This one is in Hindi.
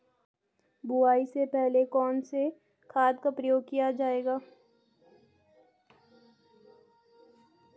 बुआई से पहले कौन से खाद का प्रयोग किया जायेगा?